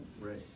right